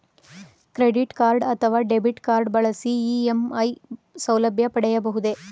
Credit card ಅಥವಾ debit card ಬಳಸಿ EMI ಸೌಲಭ್ಯ ಪಡೆಯಬಹುದೇ?